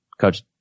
coach